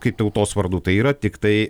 kaip tautos vardu tai yra tiktai